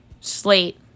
slate